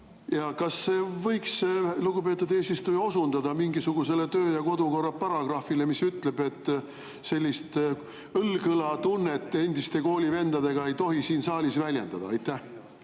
Kas lugupeetud eesistuja võiks osundada mingisugusele töö- ja kodukorra paragrahvile, mis ütleb, et sellist õlg õla tunnet endiste koolivendadega ei tohi siin saalis väljendada? Ei,